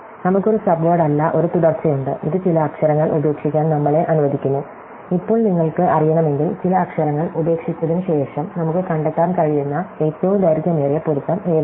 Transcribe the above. നമുക്ക് ഒരു സബ്വേർഡ് അല്ല ഒരു തുടർച്ചയുണ്ട് ഇത് ചില അക്ഷരങ്ങൾ ഉപേക്ഷിക്കാൻ നമ്മളെ അനുവദിക്കുന്നു ഇപ്പോൾ നിങ്ങൾക്ക് അറിയണമെങ്കിൽ ചില അക്ഷരങ്ങൾ ഉപേക്ഷിച്ചതിന് ശേഷം നമുക്ക് കണ്ടെത്താൻ കഴിയുന്ന ഏറ്റവും ദൈർഘ്യമേറിയ പൊരുത്തം ഏതാണ്